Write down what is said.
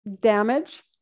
damage